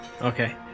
okay